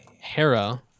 Hera